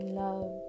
love